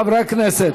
חברי הכנסת,